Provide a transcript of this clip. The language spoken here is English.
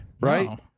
Right